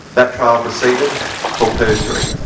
that trial proceeded for perjury,